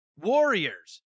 Warriors